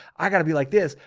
i gotta be like this.